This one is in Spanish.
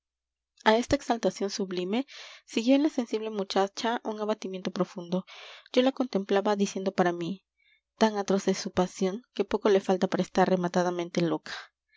a esta exaltación sublime siguió en la sensible muchacha un abatimiento profundo yo la contemplaba diciendo para mí tan atroz es su pasión que poco le falta para estar rematadamente loca